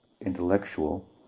intellectual